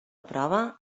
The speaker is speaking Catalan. prova